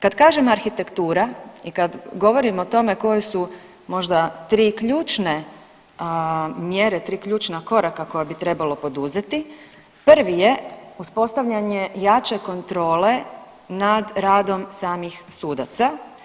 Kad kažem arhitektura i kad govorim o tome koje su možda tri ključne mjere, tri ključna koraka koja bi trebalo poduzeti prvi je uspostavljanje jače kontrole nad radom samih sudaca.